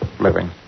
living